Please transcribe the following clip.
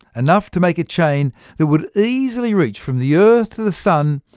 enough to make a chain that would easily reach from the earth to the sun,